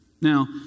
Now